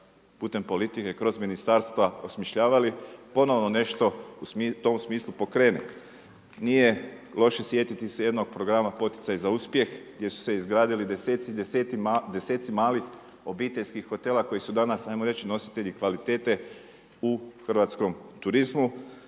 putem politike, kroz ministarstva osmišljavali, ponovno nešto u tom smislu pokrene. Nije loše sjetiti se jednog programa Poticaja za uspjeh gdje su se izgradili deseci malih obiteljskih hotela koji su danas ajmo reći nositelji kvalitete u hrvatskom turizmu.